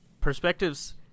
perspectives